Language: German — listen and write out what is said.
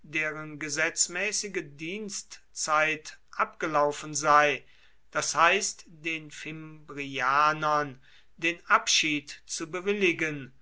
deren gesetzmäßige dienstzeit abgelaufen sei das heißt den fimbrianern den abschied zu bewilligen